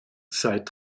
seit